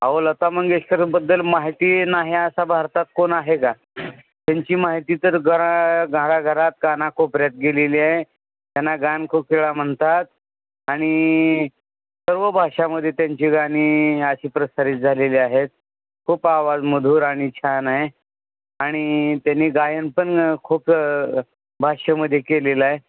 अहो लता मंगेशकरबद्दल माहिती नाही असा भारतात कोण आहे का त्यांची माहिती तर घरा घराघरात कानाकोपर्यात खूप पसरत गेलेली आहे त्यांना गानकोकिळा म्हणतात आणि सर्व भाषामध्ये त्यांची गाणी अशी प्रसारित झालेली आहेत खूप आवाज मधुर आणि छान आहे आणि त्यांनी गायन पण खूप भाषेमध्ये केलेलं आहे